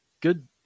good